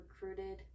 recruited